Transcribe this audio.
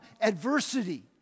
adversity